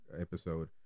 episode